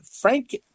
Frank